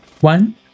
one